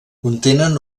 contenen